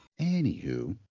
Anywho